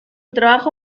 trabajo